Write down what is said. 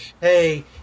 hey